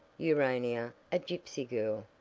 urania, a gypsy girl,